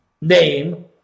name